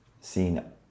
seen